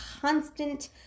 constant